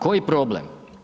Koji problem?